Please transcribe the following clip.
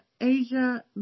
Asia